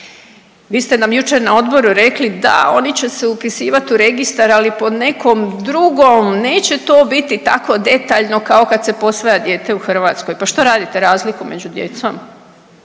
Vi ste nam jučer na odboru rekli da oni će se upisivat u registar, ali pod nekom drugom neće to biti tako detaljno kao kad se posvaja dijete u Hrvatskoj. Pa što radite razliku među djecom,